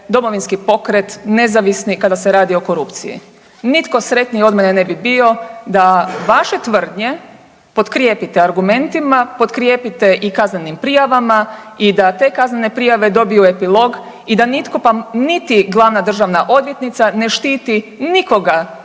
Domovinski pokret, nezavisni kada se radi o korupciji. Nitko sretniji od mene ne bi bio da vaše tvrdnje potkrijepite argumentima, potkrijepite i kaznenim prijavama i da te kaznene prijave dobiju epilog i da nitko pa niti glavna državna odvjetnica ne štiti nikoga